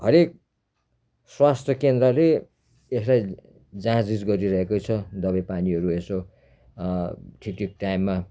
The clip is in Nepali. हरेक स्वास्थ्यकेन्द्रले यसलाई जाँचबुझ गरिरहेकै छ दबाईपानीहरू यसो ठिकठिक टाइममा